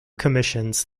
commissions